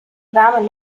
warme